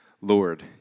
Lord